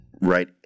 right